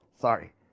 sorry